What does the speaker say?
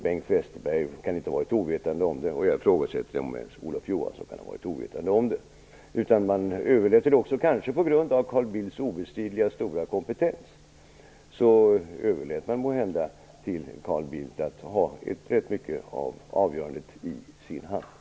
Bengt Westerberg kan inte ha varit ovetande om det, och jag ifrågasätter om ens Olof Johansson kan ha varit ovetande om det. Man överlät väl måhända också - kanske bl.a. på grund av Carl Bildts obestridligen stora kompetens - rätt mycket av avgörandet till Carl Bildt.